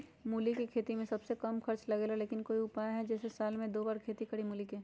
मूली के खेती में सबसे कम खर्च लगेला लेकिन कोई उपाय है कि जेसे साल में दो बार खेती करी मूली के?